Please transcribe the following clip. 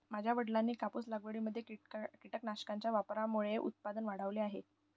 माझ्या वडिलांनी कापूस लागवडीमध्ये कीटकनाशकांच्या वापरामुळे उत्पादन वाढवले आहे